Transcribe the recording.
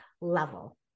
level